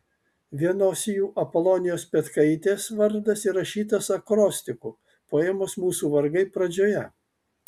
vienos jų apolonijos petkaitės vardas įrašytas akrostichu poemos mūsų vargai pradžioje